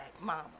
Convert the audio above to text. mama